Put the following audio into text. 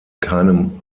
keinem